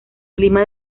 clima